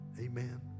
amen